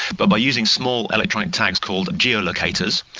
but by using small electronic tags called geolocators,